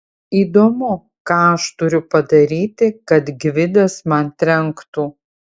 įdomu ką aš turiu padaryti kad gvidas man trenktų